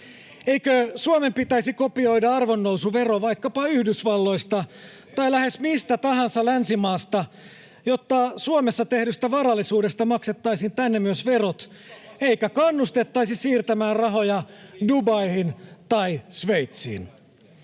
Eikö Suomen pitäisi kopioida arvonnousuvero vaikkapa Yhdysvalloista tai lähes mistä tahansa länsimaasta, jotta Suomessa tehdystä varallisuudesta maksettaisiin tänne myös verot [Juho Eerola: Miksi sitä ei toteutettu viime